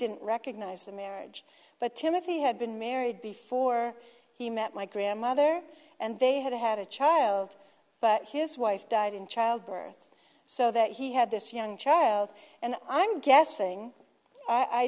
didn't recognise the marriage but timothy had been married before he met my grandmother and they had had a child but his wife died in childbirth so that he had this young child and i'm guessing i